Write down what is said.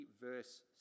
verse